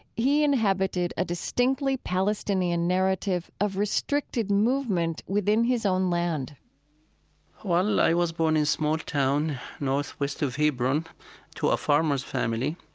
he inhabited a distinctly palestinian narrative of restricted movement within his own land well, i was born in small town northwest of hebron to a farmer's family.